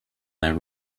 their